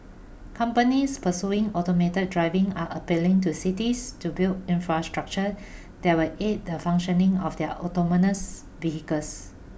companies pursuing automated driving are appealing to cities to build infrastructure that will aid the functioning of their autonomous vehicles